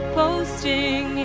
posting